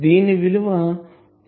దీని విలువ 0